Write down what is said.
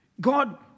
God